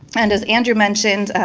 and as andrew mentioned,